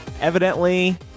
evidently